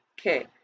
Okay